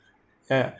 ya